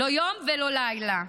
לא יום ולא לילה.